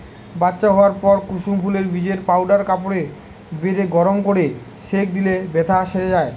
বাচ্চা হোয়ার পর কুসুম ফুলের বীজের পাউডার কাপড়ে বেঁধে গরম কোরে সেঁক দিলে বেথ্যা সেরে যায়